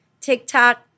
TikTok